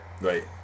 Right